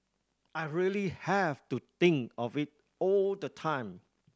I really have to think of it all the time